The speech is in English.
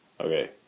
okay